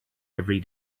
every